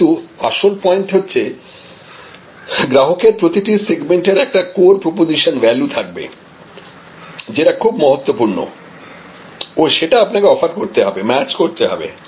কিন্তু আসল পয়েন্ট হচ্ছে গ্রাহকের প্রতিটি সেগমেন্ট এর একটা কোর প্রপজিশন ভ্যালু থাকবে যেটা খুব মহত্বপূর্ণ ও সেটা আপনাকে অফার করতে হবে ম্যাচ করতে হবে